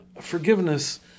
forgiveness